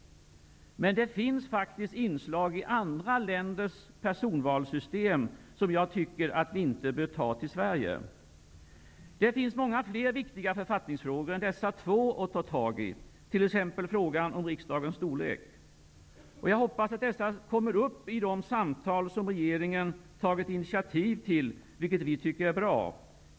Men det finns inslag i andra länders personvalssystem som jag inte tycker att vi bör ta till Sverige. Det finns många fler viktiga författningsfrågor än dessa två att ta tag i, t.ex. frågan om riksdagens storlek. Jag hoppas att de frågorna kommer upp i de samtal som regeringen tagit initiativ till, vilket vi tycker är bra.